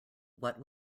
what